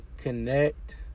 Connect